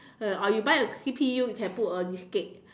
or you buy a C_P_U you can put a diskette